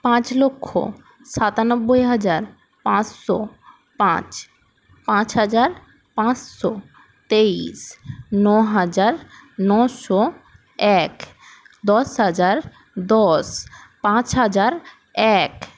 পাঁচ লক্ষ সাতানব্বই হাজার পাঁচশো পাঁচ পাঁচ হাজার পাঁচশো তেইশ ন হাজার নশো এক দশ হাজার দশ পাঁচ হাজার এক